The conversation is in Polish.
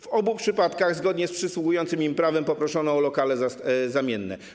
W obu przypadkach zgodnie z przysługującym im prawem poproszono o lokale zamienne.